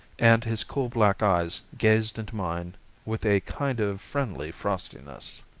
and his cool black eyes gazed into mine with a kind of friendly frostiness.